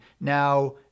Now